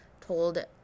told